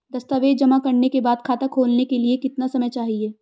दस्तावेज़ जमा करने के बाद खाता खोलने के लिए कितना समय चाहिए?